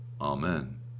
Amen